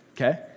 Okay